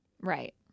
Right